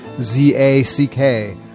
Z-A-C-K